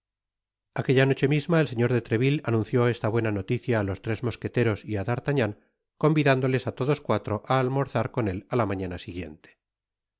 aquella noche misma el señor de treville anunció esta buena noticia á los tres mosqueteros y á d'artagnan convidándoles á todos cuatro á almorzar con él á la mañana siguiente